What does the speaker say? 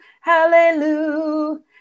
hallelujah